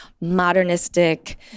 modernistic